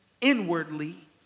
inwardly